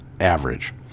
average